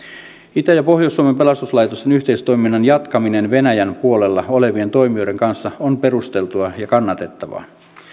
itä ja pohjois suomen pelastuslaitosten yhteistoiminnan jatkaminen venäjän puolella olevien toimijoiden kanssa on perusteltua ja kannatettavaa